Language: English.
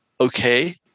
okay